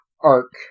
arc